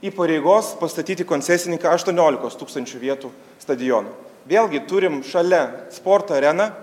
įpareigos pastatyti koncesininką aštuoniolikos tūkstančių vietų stadioną vėlgi turim šalia sporto areną